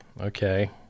okay